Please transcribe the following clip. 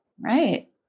Right